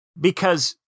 Because-